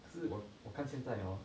是我我看现在 hor